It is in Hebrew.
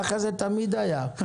ככה זה תמיד היה,